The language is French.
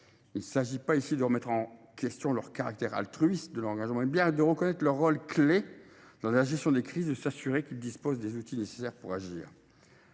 Il s’agit ici non pas de remettre en question le caractère altruiste de leur engagement, mais bien de reconnaître leur rôle clé dans la gestion des crises et de s’assurer qu’ils disposent des outils nécessaires pour agir.